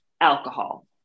alcohol